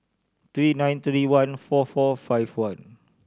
three nine three one four four five one